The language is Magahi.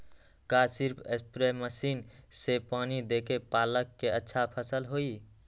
का सिर्फ सप्रे मशीन से पानी देके पालक के अच्छा फसल होई?